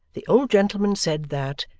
the old gentleman said that,